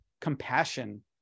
compassion